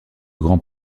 grand